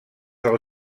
del